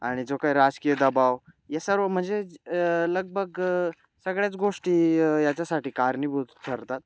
आणि जो काही राजकीय दबाव या सर्व म्हणजे लगभग सगळ्याच गोष्टी याच्यासाठी कारणीभूत ठरतात